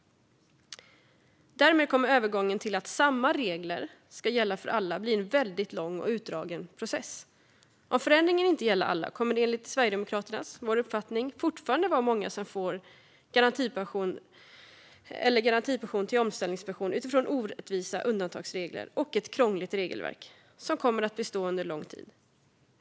Därmed kommer övergången till att samma regler ska gälla för alla att bli en väldigt lång och utdragen process. Om förändringen inte gäller alla kommer det enligt Sverigedemokraternas uppfattning fortfarande att vara många som får garantipension eller garantipension till omställningspension utifrån orättvisa undantagsregler och ett krångligt regelverk som kommer att bestå under lång tid.